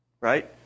right